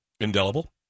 Indelible